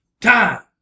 Time